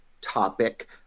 topic